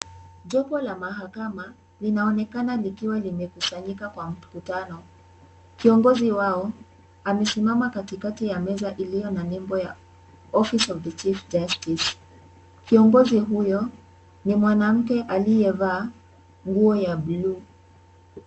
Jopo la mahakama linaonekana likiwa limekusanyika kwa mkutano. Kiongozi wao amesimama katikati ya meza iliyo na nembo ya office of the chief Justice . Kiongozi huyo ni mwanamke aliyevaa nguo ya buluu.